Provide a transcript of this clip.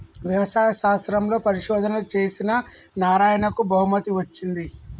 వ్యవసాయ శాస్త్రంలో పరిశోధనలు చేసిన నారాయణకు బహుమతి వచ్చింది